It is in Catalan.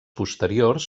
posteriors